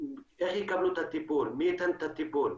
איך הם יקבלו את הטיפול, מי ייתן את הטיפול?